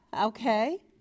Okay